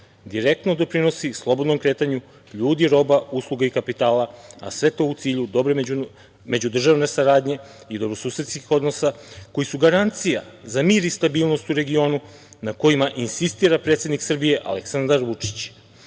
direktno doprinosi slobodnom kretanju ljudi, roba, usluga i kapitala, a sve to u cilju dobre međudržavne saradnje i dobrosusedskih odnosa, koji su garancija za mir i stabilnost u regionu na kojima insistira predsednik Srbije Aleksandar Vučić,